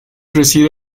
reside